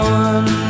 one